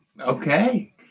Okay